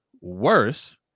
worse